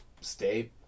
stay